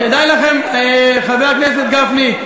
חבר הכנסת גפני,